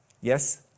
Yes